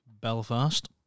belfast